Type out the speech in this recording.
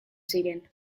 ziren